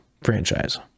franchise